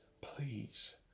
please